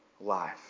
life